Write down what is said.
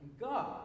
God